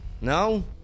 No